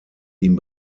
ihm